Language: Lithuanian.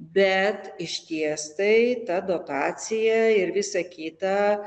bet išties tai ta dotacija ir visa kita